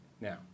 now